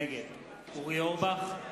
נגד אורי אורבך,